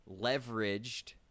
leveraged